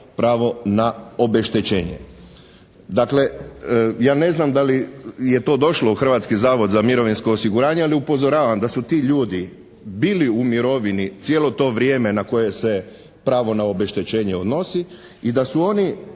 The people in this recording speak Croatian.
pravo na obeštećenje. Dakle, ja ne znam da li je to došlo u Hrvatski zavod za mirovinsko osiguranje, ali upozoravam da su ti ljudi bili u mirovini cijelo to vrijeme na koje se pravo na obeštećenje odnosi i da su oni